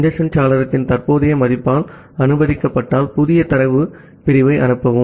congestion சாளரத்தின் தற்போதைய மதிப்பால் அனுமதிக்கப்பட்டால் புதிய தரவு பிரிவை அனுப்பவும்